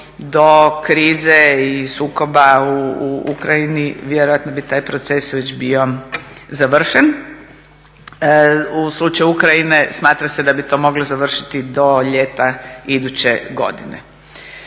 do krize i sukoba u Ukrajini vjerojatno bi taj proces već bio završen. U slučaju Ukrajine smatra se da bi to moglo završiti do ljeta iduće godine.